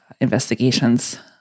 investigations